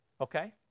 okay